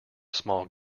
small